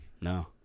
No